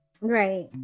right